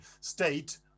state